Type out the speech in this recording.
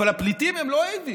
אבל הפליטים הם לא אויבים.